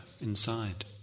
inside